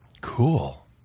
Cool